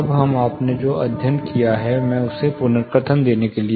अब हम आपने जो अध्ययन किया है उसका पुनर्कथन देने के लिए